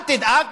אל תדאג,